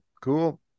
cool